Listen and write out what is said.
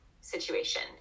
situation